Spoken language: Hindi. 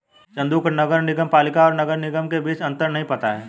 चंदू को नगर पालिका और नगर निगम के बीच अंतर नहीं पता है